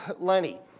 Lenny